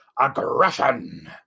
aggression